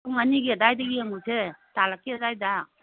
ꯄꯨꯡ ꯑꯅꯤꯒꯤ ꯑꯗꯥꯏꯗ ꯌꯦꯡꯉꯨꯁꯦ ꯇꯥꯂꯛꯀꯤ ꯑꯗꯥꯏꯗ